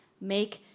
make